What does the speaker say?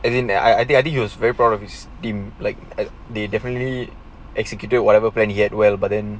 as in I I think I think he was very proud of his team like they definitely executed whatever plan yet well but then